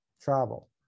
travel